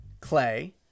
Clay